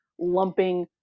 lumping